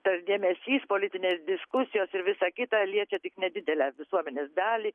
tas dėmesys politinės diskusijos ir visa kita liečia tik nedidelę visuomenės dalį